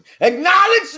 Acknowledge